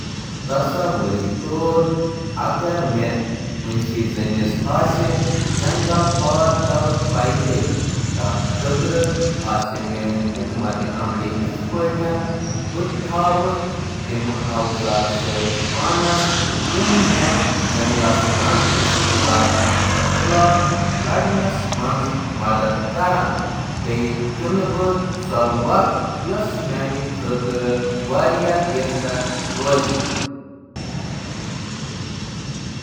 تصور کٔرِو زِ تۄہہِ چُھو پانہٕ پیدل جنٛگل تَران پیٚوان۔ تُہۍ کِتھ کٔنۍ چھِو تیار کران؟ تصور کٔرِو، اگر مےٚ کُنی زٲنۍ جنٛگل ترٛاوُن پیٚیہِ۔ بہٕ نِنہٕ تِم ہتھیار یِم مےٚ حِفاظتس منٛز مدتھ کرِ۔